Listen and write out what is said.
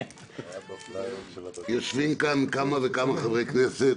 אדוני היושב-ראש, יושבים כאן כמה וכמה חברי כנסת